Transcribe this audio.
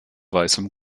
weißem